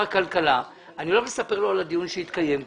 הכלכלה ומספר לו על הדיון שהתקיים כאן.